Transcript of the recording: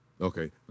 Okay